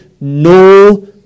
no